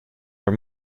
are